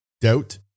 doubt